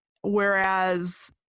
whereas